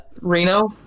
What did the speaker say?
Reno